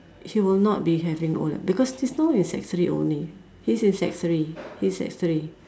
he will not be having O-level because he's now in sec three only he's in sec three he's sec three